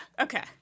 okay